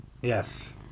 Yes